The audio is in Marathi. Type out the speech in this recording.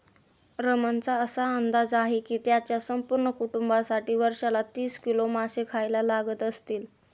रमणचा असा अंदाज आहे की त्याच्या संपूर्ण कुटुंबासाठी वर्षाला तीस किलो मासे खायला लागत असतील